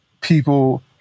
people